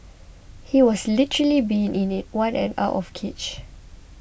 he has literally been in in one and out of cage